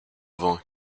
vain